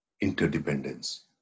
interdependence